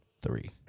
Three